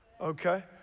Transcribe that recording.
okay